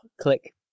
click